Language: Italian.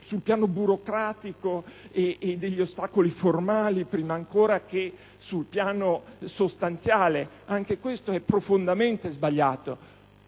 sul piano burocratico; ostacoli formali prima ancora che sostanziali. Anche questo è profondamente sbagliato.